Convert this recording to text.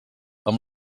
amb